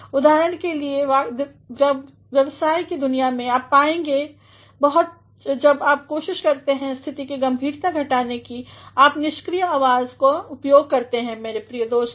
उदाहरण के लिए व्यवसाय की दुनिया में आप पाएंगे जब आप कोशिश करते हैं स्थिति की गंभीरता घटाने की आप निष्क्रिय आवाज़ का उपयोग करते हैं मेरे प्रिय दोस्तों